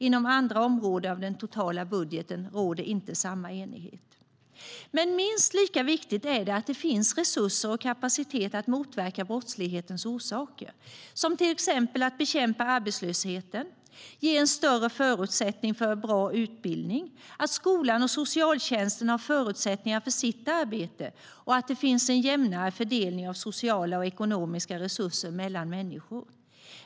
Inom andra områden av den totala budgeten råder inte samma enighet. Minst lika viktigt är att det finns resurser och kapacitet att motverka brottslighetens orsaker, till exempel att bekämpa arbetslösheten och ge större förutsättning för en bra utbildning, att skolan och socialtjänsten har förutsättningar för sitt arbete och att det finns en jämnare fördelning av sociala och ekonomiska resurser mellan människor.